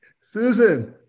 Susan